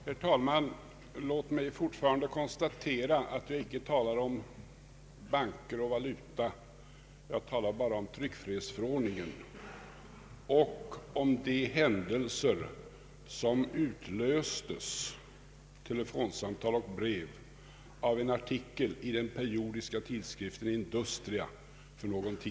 Herr talman! Låt mig fortfarande konstatera att jag icke talar om banker och valuta. Jag talar bara om tryckfrihetsförordningen och om de händelser — telefonsamtal och brev — som för någon tid sedan utlöstes av en artikel i den periodiska skriften Industria.